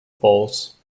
falls